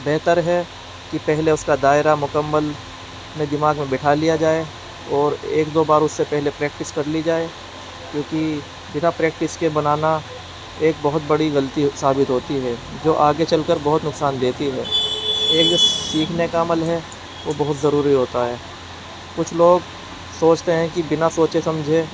بہتر ہے کہ پہلے اس کا دائرہ مکمل میں دماغ میں بٹھا لیا جائے اور ایک دو بار اس سے پہلے پریکٹس کر لی جائے کیونکہ بنا پریکٹس کے بنانا ایک بہت بڑی غلطی ثابت ہوتی ہے جو آگے چل کر بہت نقصان دیتی ہے ایک جو سیکھنے کا عمل ہے وہ بہت ضروری ہوتا ہے کچھ لوگ سوچتے ہیں کہ بنا سوچے سمجھے